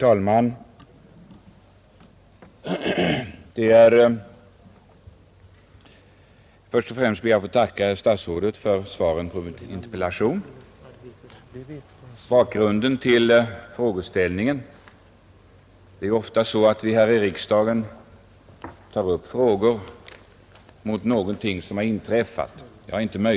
Herr talman! Först och främst ber jag att få tacka statsrådet för svaret på min interpellation. Jag vill säga några ord om bakgrunden till frågeställningen. Det är ofta så att vi här i riksdagen tar upp frågor om någonting som har inträffat nu och här på könsdiskrimineringens område.